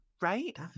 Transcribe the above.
Right